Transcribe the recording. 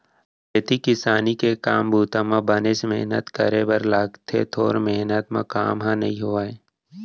खेती किसानी के काम बूता म बनेच मेहनत करे बर लागथे थोरे मेहनत म काम ह नइ होवय